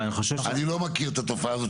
אני לא מכיר את התופעה הזאת,